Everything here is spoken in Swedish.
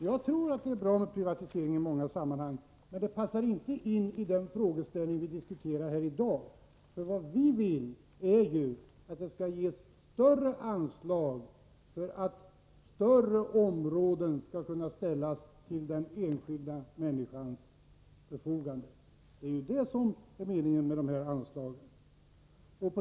Jag tror att privatisering är bra i många sammanhang, men det passar inte in i den frågeställning vi diskuterar i dag. Vad vi vill är att det skall ges större anslag för att större områden skall kunna ställas till den enskilda människans förfogande. Det är det som är meningen med detta anslag.